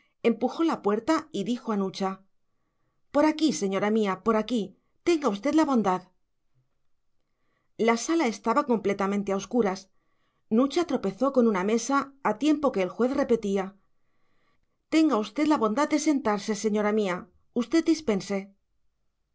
empujó la puerta y dijo a nucha por aquí señora mía por aquí tenga usted la bondad la sala estaba completamente a oscuras nucha tropezó con una mesa a tiempo que el juez repetía tenga usted la bondad de sentarse señora mía usted dispense